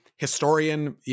historian